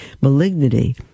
malignity